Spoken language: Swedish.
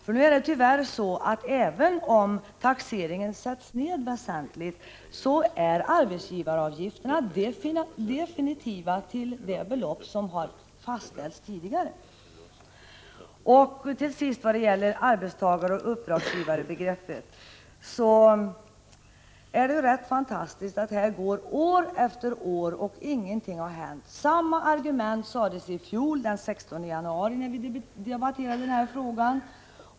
Det är tyvärr så att även om taxeringsbeloppen sätts ned väsentligt är arbetsgivaravgifterna definitiva till de belopp som har fastställts tidigare. Beträffande arbetstagaroch uppdragsgivarbegreppet vill jag till sist säga att det är rätt fantastiskt att det går år efter år och ingenting har hänt. Samma argument fördes fram den 16 januari i fjol när vi debatterade denna fråga.